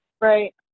right